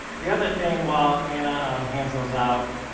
the other thing while ana um hands those out,